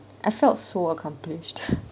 I felt so accomplished